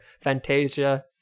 Fantasia